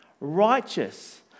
righteous